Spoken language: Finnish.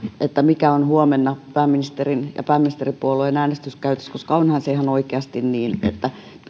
mikä on huomenna pääministerin ja pääministeripuolueen äänestyskäytös koska onhan se ihan oikeasti niin että onhan se aika merkillinen lausunto